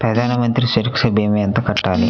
ప్రధాన మంత్రి సురక్ష భీమా ఎంత కట్టాలి?